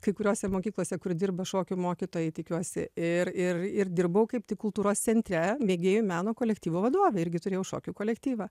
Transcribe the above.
kai kuriose mokyklose kur dirba šokių mokytojai tikiuosi ir ir ir dirbau kaip tik kultūros centre mėgėjų meno kolektyvo vadovė irgi turėjau šokių kolektyvą